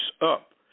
up